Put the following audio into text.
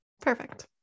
perfect